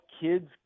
kids